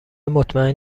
مطمئن